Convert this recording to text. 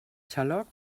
xaloc